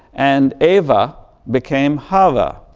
and eva became hava.